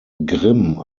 grimm